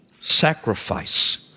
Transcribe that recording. sacrifice